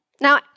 Now